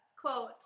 quote